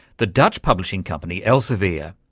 the dutch publishing company elsevier.